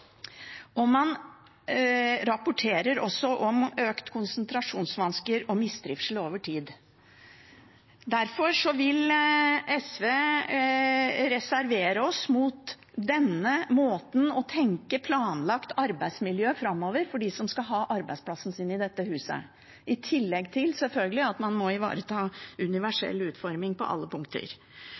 arbeidsplasskonseptene. Man rapporterer også om økte konsentrasjonsvansker og mistrivsel over tid. Derfor vil SV reservere seg mot denne måten å tenke planlagt arbeidsmiljø på framover for dem som skal ha arbeidsplassen sin i dette huset – i tillegg til, sjølsagt, at man må ivareta universell utforming på alle punkter.